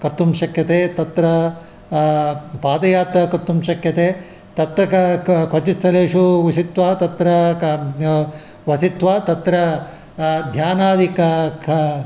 कर्तुं शक्यते तत्र पादयात्रा कर्तुं शक्यते तत्र क क्वचित् स्थलेषु उषित्वा तत्र क वसित्वा तत्र ध्यानादिकम् क